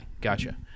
gotcha